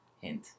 Hint